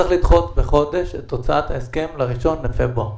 צריך לדחות בחודש את הוצאת ההסכם, ל-1 בפברואר.